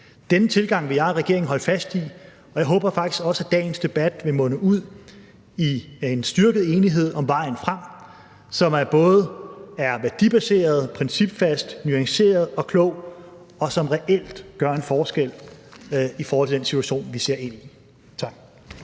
Denne tilgang vil jeg og regeringen holdt fast i, og jeg håber faktisk også, at dagens debat vil munde ud i en styrket enighed om vejen frem, som både er værdibaseret, principfast, nuanceret og klog, og som reelt gør en forskel i forhold til den situation, vi ser ind i. Tak.